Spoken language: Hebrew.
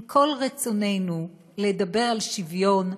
עם כל רצוננו לדבר על שוויון,